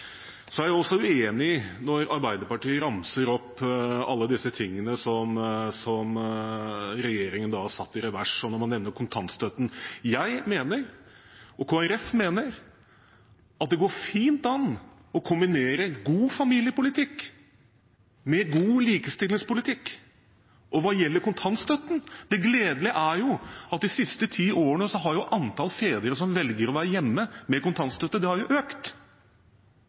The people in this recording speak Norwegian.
Så er jeg uenig med Arbeiderpartiet når de ramser opp alt dette som regjeringen da har satt i revers, og nevner kontantstøtten. Jeg og Kristelig Folkeparti mener at det går fint an å kombinere god familiepolitikk med god likestillingspolitikk. Og hva gjelder kontantstøtten: Det gledelige er jo at de siste ti årene har antall fedre som velger å være hjemme med kontantstøtte, økt. Jeg er dypt uenig med Arbeiderpartiet. Det